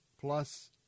plus